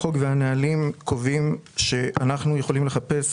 החוק והנהלים קובעים שאנחנו יכולים לחפש